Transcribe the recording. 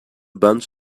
bunch